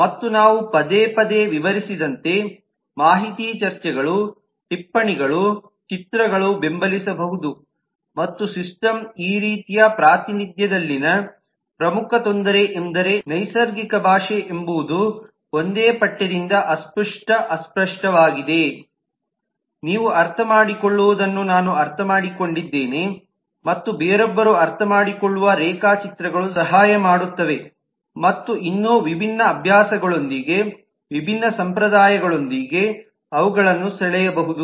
ಮತ್ತು ನಾವು ಪದೇ ಪದೇ ವಿವರಿಸಿದಂತೆ ಮಾಹಿತಿ ಚರ್ಚೆಗಳು ಟಿಪ್ಪಣಿಗಳು ಚಿತ್ರಗಳು ಬೆಂಬಲಿಸಬಹುದು ಮತ್ತು ಸಿಸ್ಟಮ್ ಈ ರೀತಿಯ ಪ್ರಾತಿನಿಧ್ಯದಲ್ಲಿನ ಪ್ರಮುಖ ತೊಂದರೆ ಎಂದರೆ ನೈಸರ್ಗಿಕ ಭಾಷೆ ಎಂಬುದು ಒಂದೇ ಪಠ್ಯದಿಂದ ಅಸ್ಪಷ್ಟ ಅಸ್ಪಷ್ಟವಾಗಿದೆ ನೀವು ಅರ್ಥಮಾಡಿಕೊಳ್ಳುವುದನ್ನು ನಾನು ಅರ್ಥಮಾಡಿಕೊಂಡಿದ್ದೇನೆ ಮತ್ತು ಬೇರೊಬ್ಬರು ಅರ್ಥಮಾಡಿಕೊಳ್ಳುವ ರೇಖಾಚಿತ್ರಗಳು ಸಹಾಯ ಮಾಡುತ್ತವೆ ಮತ್ತು ಇನ್ನೂ ವಿಭಿನ್ನ ಅಭ್ಯಾಸಗಳೊಂದಿಗೆ ವಿಭಿನ್ನ ಸಂಪ್ರದಾಯಗಳೊಂದಿಗೆ ಅವುಗಳನ್ನು ಸೆಳೆಯಬಹುದು